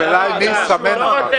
השאלה היא מי יסמן אותם.